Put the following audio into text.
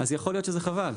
אז יכול להיות שזה חבל.